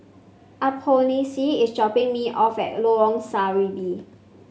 Alphonse is dropping me off at Lorong Serambi